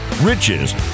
riches